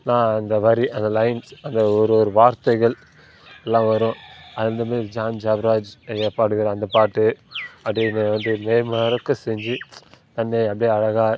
நான் அந்த வரி அந்த லைன்ஸ் அந்த ஒரு ஒரு வார்த்தைகள் எல்லாம் வரும் அந்த மாரி ஜான் ஜபராஜ் ஐயா பாடுகிற அந்த பாட்டு அப்படியே என்னை வந்து மெய் மறக்க செஞ்சு தன்னை அப்படியே அழகாக